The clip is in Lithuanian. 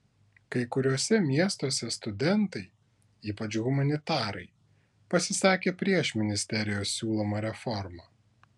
kai kuriuose miestuose studentai ypač humanitarai pasisakė prieš ministerijos siūlomą reformą